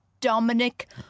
Dominic